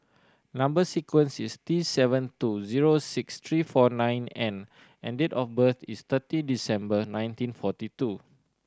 number sequence is T seven two zero six three four nine N and date of birth is thirty December nineteen forty two